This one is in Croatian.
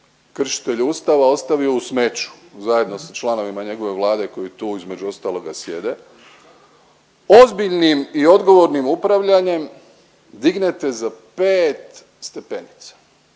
kršitelj Ustava ostavio u smeću zajedno sa članovima njegove vlade koji tu između ostaloga sjede, ozbiljnim i odgovornim upravljanjem dignete za 5 stepenica,